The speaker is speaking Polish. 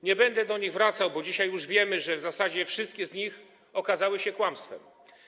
Nie będę do nich wracał, bo dzisiaj już wiemy, że w zasadzie wszystkie z nich okazały się kłamstwem.